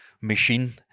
machine